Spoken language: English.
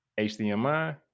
HDMI